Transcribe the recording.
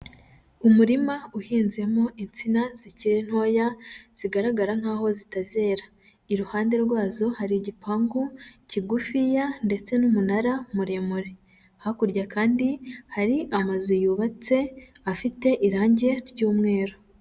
Umurima uhinzemo insina zikiri ntoya zigaragara nkaho zitazera, iruhande rwazo hari igipangu kigufiya ndetse n'umunara muremure, hakurya kandi hari amazu yubatse afite irange ry'umweru.